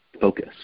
focus